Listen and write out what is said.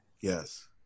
Yes